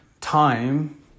time